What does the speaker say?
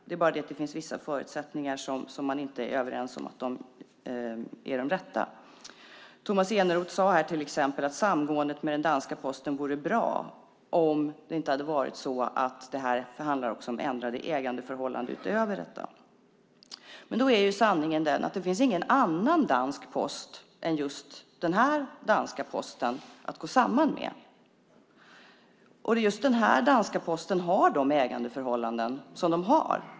Det är bara vissa förutsättningar som man inte är överens om är de rätta. Tomas Eneroth sade till exempel att samgåendet med den danska Posten vore bra om det inte var så att det också handlar om ändrade ägandeförhållanden utöver detta. Sanningen är att det inte finns någon annan dansk post än just den här danska Posten att gå samman med. Den här danska Posten har de ägandeförhållanden den har.